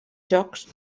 jocs